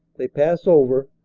they pass over,